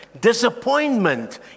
disappointment